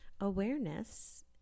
awareness